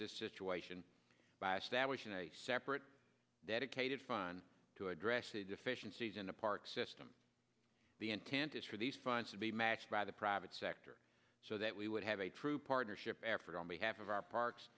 a separate dedicated fun to address the deficiencies in the park system the intent is for these funds to be matched by the private sector so that we would have a true partnership effort on behalf of our parks